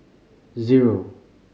zero